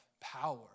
power